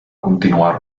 continuar